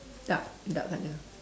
dark dark color